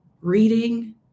reading